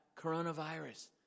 coronavirus